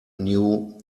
new